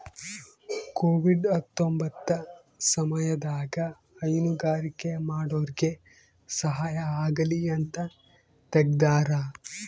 Covid ಹತ್ತೊಂಬತ್ತ ಸಮಯದಾಗ ಹೈನುಗಾರಿಕೆ ಮಾಡೋರ್ಗೆ ಸಹಾಯ ಆಗಲಿ ಅಂತ ತೆಗ್ದಾರ